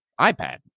iPad